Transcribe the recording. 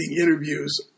interviews